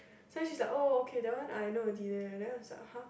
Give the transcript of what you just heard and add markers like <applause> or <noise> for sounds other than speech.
some she's like oh okay that one I know already <noise> then I was like !huh!